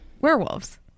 werewolves